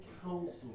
counsel